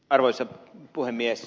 arvoisa puhemies